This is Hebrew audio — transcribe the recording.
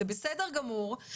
זה בסדר גמור,